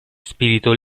spirito